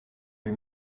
rue